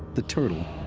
the turtle,